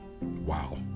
Wow